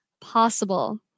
possible